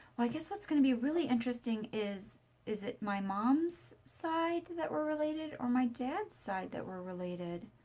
i guess what's going to be really interesting is is it my mom's side that we're related or my dad's side that we're related?